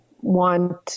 want